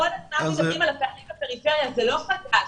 כל הזמן מדברים על הפערים בפריפריה, זה לא חדש.